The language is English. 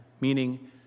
meaning